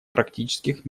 практических